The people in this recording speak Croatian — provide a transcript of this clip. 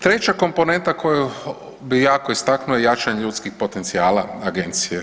Treća komponenta koju bi jako istaknuo je jačanje ljudskih potencijala Agencije.